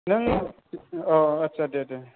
नों आस्सा दे दे